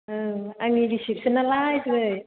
औ आंनि रिसिपश'न नालाय दिनै